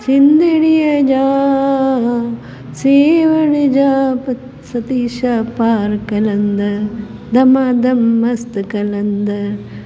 सिंधड़ीअ जा सेवण जा प सतीशाह पार कलंदर दमादम मस्तु कलंदर